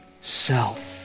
self